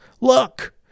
Look